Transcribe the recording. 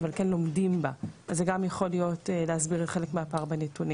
אבל כן לומדים בה אז זה גם יכול להסביר חלק מהפער בנתונים.